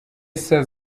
issa